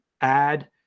add